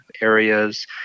areas